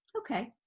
okay